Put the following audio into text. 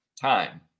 time